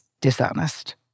dishonest